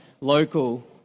local